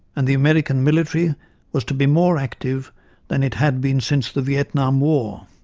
and the american military was to be more active than it had been since the vietnam war,